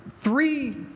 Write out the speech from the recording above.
three